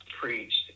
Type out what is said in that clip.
preached